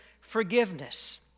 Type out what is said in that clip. forgiveness